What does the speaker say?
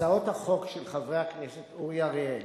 הצעות החוק של חברי הכנסת אורי אריאל,